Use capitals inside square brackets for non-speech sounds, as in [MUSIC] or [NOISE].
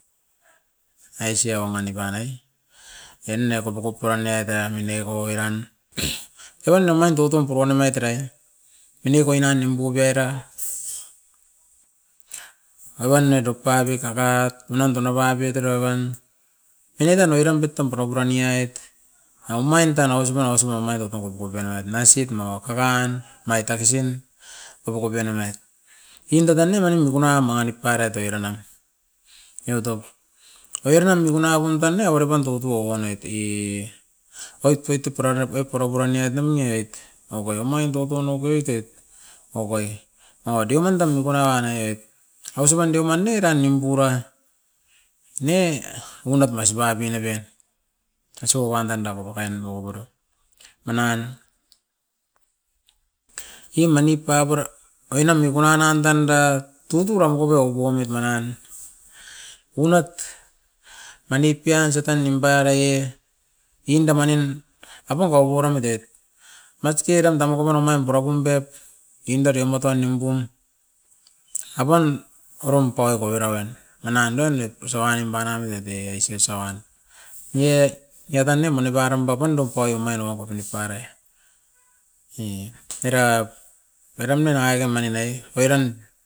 Isi o-omaini panai ena kopokop pura nevait eran mine ko eran. [NOISE] Evan omain toutun pura nevait eran mine ko enan nimpu pe era, ovan ne dop a rikaka unan tona babit era wan. Era tan oiran noit tam pura pura ni oit, omain tan ausop aus op omain tutou kop era naisit nou kakan omait takasin kopokop enan ait. Inda dane mani mikuna a mangi nip pairait oiran nam, eva top oiran mikuna wan pum tanai avere pan totou owa noit e, oit poit u pura poit e pura pura noit nim moit, uka omain tutou nokoit et, okoi a deu omain tan mikuna wan e ausi pan deu man ne eran nimpu era ne oi noit masibanit neben asio wan dun naboro kain naboro. Manan i manip pa pura oinan mikuna nan tanda tuturan miku bio u poimit manan unot mani pian sata nimparaiet inda manin apaup oiran matet, masike oiran tan mokoro omain pura pum bep inda deumat a nimpu apan orom pai eko raven, manan e oinit osau ai nimparaiet e ais osa wan, nie nia tan nem mone param papandop ai omain o ropokop manip parait e, era, eram ne aikam mani ne, oiran.